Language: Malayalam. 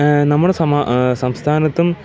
നമ്മുടെ സംസ്ഥാനത്തും